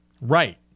Right